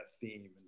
theme